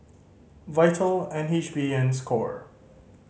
Vital N H B and score